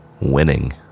Winning